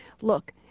Look